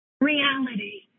Reality